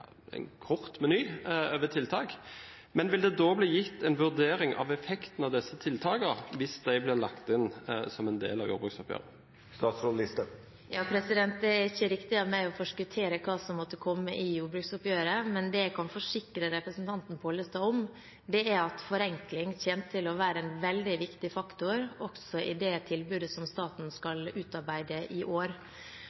del av jordbruksoppgjøret? Det er ikke riktig av meg å forskuttere det som måtte komme i jordbruksoppgjøret, men det jeg kan forsikre representanten Pollestad om, er at forenkling kommer til å være en veldig viktig faktor også i det tilbudet som staten skal utarbeide i år.